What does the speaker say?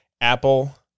Apple